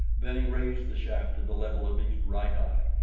then he raised the shaft to the level of his right eye,